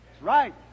right